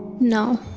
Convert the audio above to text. no,